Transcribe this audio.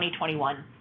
2021